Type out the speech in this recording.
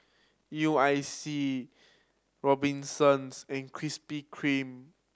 U I C Robinsons and Krispy Kreme